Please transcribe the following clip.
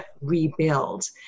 rebuild